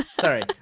sorry